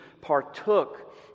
partook